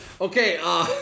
Okay